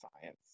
science